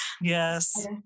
Yes